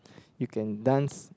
you can dance